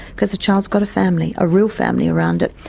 because the child's got a family, a real family, around it.